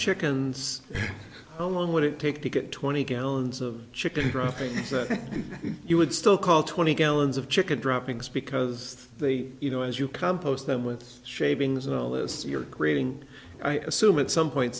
chickens oh long would it take to get twenty gallons of chicken broth he said you would still call twenty gallons of chicken droppings because they you know as you compost them with shavings in all this you're grilling i assume at some point